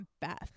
Beth